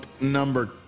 Number